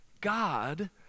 God